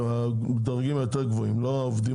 הדרגים היותר גבוהים ולא העובדים